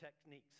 techniques